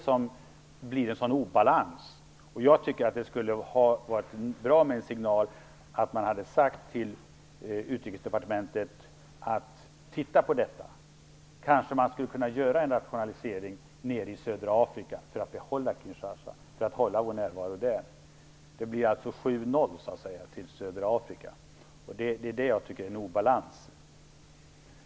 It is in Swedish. Det blir en stark obalans. Jag tycker att det skulle ha varit en bra signal att ge Utrikesdepartementet i uppdrag att se över detta. Kanske skulle man kunna göra en rationalisering i södra Afrika för att i stället behålla vår närvaro i det fransktalande Afrika. Det blir annars så att säga 7 - 0 till södra Afrika, och det tycker jag är en obalans.